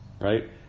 right